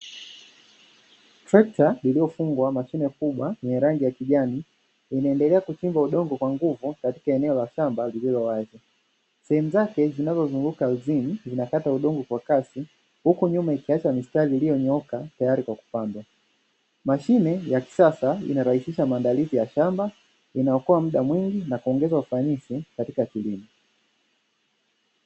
Trekta liliyofungwa mashine kubwa yenye rangi ya kijani, linaendelea kuchimba udongo kwa nguvu katiaka eneo la shamba lililo wazi, sehemu zinazozunguka ardhini zinakata udongo kwa kasi huku nyuma ikiacha mistari iliyonyooka tayari kwa kupandwa. Mashine ya kisasa inarahisisha maandalizi ya shamba, inaokoa muda mwingi na kuongeza ufanisi katika kilimo.